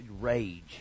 rage